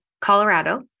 Colorado